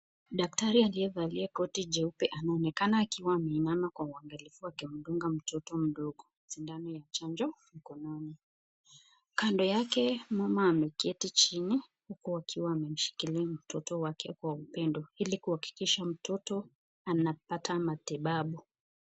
Daktari aliyevalia koti jeupe anaonekana akiwa ameinama kwa uangalifu akimdunga mtoto mdogo sindano ya chanjo mkononi. Kando yake mama ameketi chini huku akiwa amemshikilia mtoto wake kwa upendo ili kuhakikisha mtoto anapata matibabu.